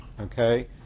okay